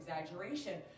exaggeration